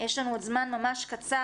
יש לנו עוד זמן ממש קצר,